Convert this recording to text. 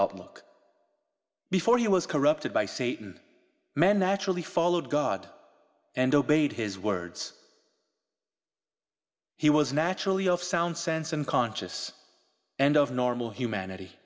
outlook before he was corrupted by satan men naturally followed god and obeyed his words he was naturally of sound sense and conscious and of normal humanity